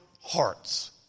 hearts